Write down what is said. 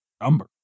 number